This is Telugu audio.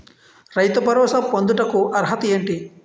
రైతు భరోసా పొందుటకు అర్హత ఏంటి?